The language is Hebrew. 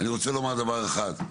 אני רוצה לומר דבר אחד.